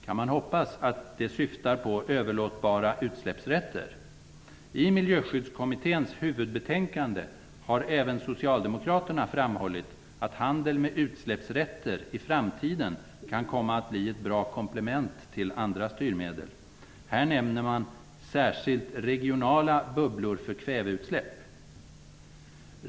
Kan man hoppas att det syftar på överlåtbara utsläppsrätter? I Miljöskyddskommitténs huvudbetänkande har även socialdemokraterna framhållit att handel med utsläppsrätter i framtiden kan komma att bli ett bra komplement till andra styrmedel. Man nämner där särskilt regionala bubblor för kväveutsläpp.